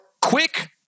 quick